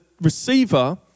receiver